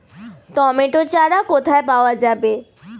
Tomato চারা কোথায় পাওয়া যাবে?